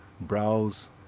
browse